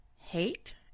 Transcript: Hate